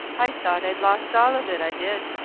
i thort i'd lost all of it, i did!